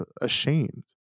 ashamed